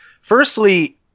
Firstly